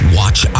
watch